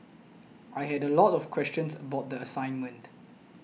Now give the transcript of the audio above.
I had a lot of questions about the assignment